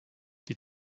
die